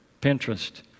Pinterest